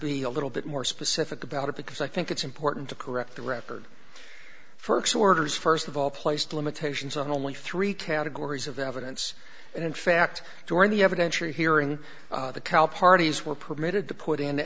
be a little bit more specific about it because i think it's important to correct the record first orders first of all placed limitations on only three categories of evidence and in fact during the evidentiary hearing the cow parties were permitted to put in